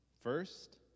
First